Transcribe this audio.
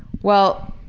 well,